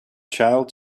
child